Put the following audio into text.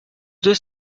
deux